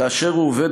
כאשר הוא עובד,